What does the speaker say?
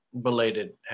belated